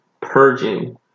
purging